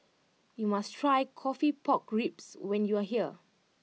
you must try Coffee Pork Ribs when you are here